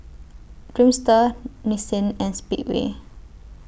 Dreamster Nissin and Speedway